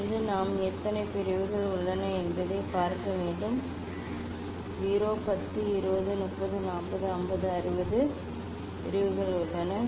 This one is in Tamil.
இங்கிருந்து நான் எத்தனை பிரிவுகள் உள்ளன என்பதைப் பார்க்க வேண்டும் 0 10 20 30 40 50 60 60 பிரிவுகள் உள்ளன